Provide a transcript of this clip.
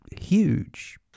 huge